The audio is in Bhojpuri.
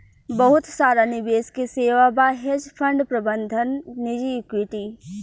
बहुत सारा निवेश के सेवा बा, हेज फंड प्रबंधन निजी इक्विटी